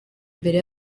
mbere